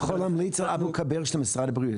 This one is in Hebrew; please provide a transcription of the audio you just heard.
אני יכול להמליץ על אבו כביר של משרד הבריאות.